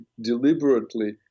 deliberately